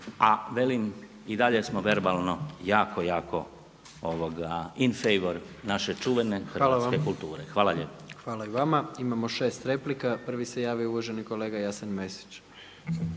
a velim i dalje smo verbalno jako, jako in favore naše čuvene hrvatske kulture. Hvala lijepo. **Jandroković, Gordan (HDZ)** Hvala i vama. Imamo 6 replika. Prvi se javio uvaženi kolega Jasen Mesić.